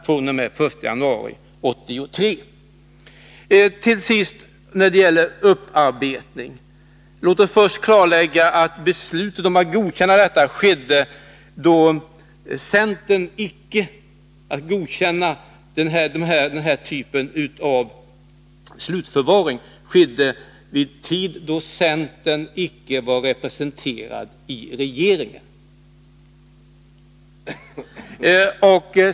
Till sist några ord när det gäller upparbetning. Låt oss klarlägga att beslutet om att godkänna den här typen av slutförvaring fattades vid en tidpunkt då centern icke var representerad i regeringen.